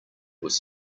was